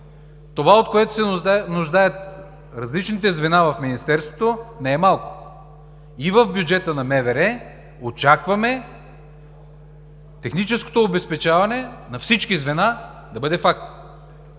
Това, от което се нуждаят различните звена в Министерството, не е малко и в бюджета на МВР очакваме техническото обезпечаване на всички звена да бъде факт.